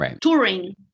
touring